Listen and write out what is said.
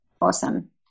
awesome